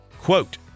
Quote